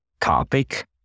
topic